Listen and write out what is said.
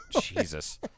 Jesus